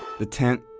the tent,